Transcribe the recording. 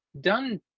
done